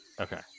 Okay